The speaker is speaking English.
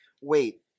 Wait